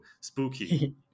spooky